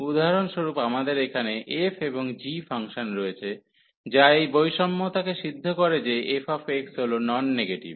উদাহরণস্বরূপ আমাদের এখানে f এবং g ফাংশন রয়েছে যা এই বৈষম্যতাকে সিদ্ধ করে যে fx হল নন নেগেটিভ